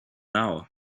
hour